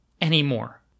anymore